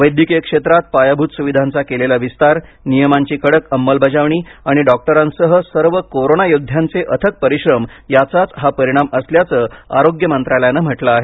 वैद्यकीय क्षेत्रात पायाभूत सुविधांचा केलेला विस्तार नियमांची कडक अंमलबजावणी आणि डॉक्टरांसह सर्व कोरोना योध्यांचे अथक परिश्रम याचाच हा परिणाम असल्याचं आरोग्य मंत्रालयानं म्हटलं आहे